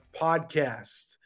podcast